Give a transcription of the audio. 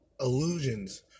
illusions